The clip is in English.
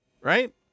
Right